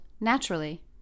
naturally